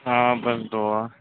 آ بس دُعا